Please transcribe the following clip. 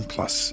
Plus